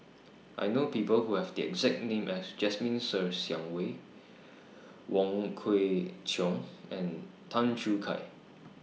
I know People Who Have The exact name as Jasmine Ser Xiang Wei Wong Kwei Cheong and Tan Choo Kai